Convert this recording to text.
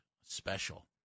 special